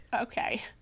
Okay